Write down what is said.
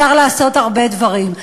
אפשר לעשות הרבה דברים,